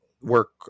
work